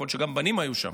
יכול להיות שגם בנים היו שם,